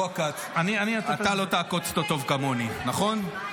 הוא עקץ אתה לא תעקוץ אותו טוב כמוני, נכון?